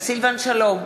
סילבן שלום,